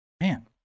man